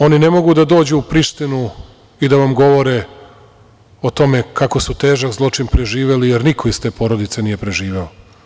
Oni ne mogu da dođu u Prištinu i da vam govore o tome, kako su težak zločin preživeli, jer niko iz te porodice nije preživeo.